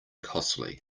costly